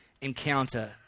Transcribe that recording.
encounter